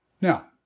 Now